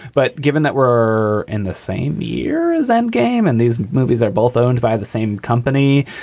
but given that were in the same year as i'm game and these movies are both owned by the same company,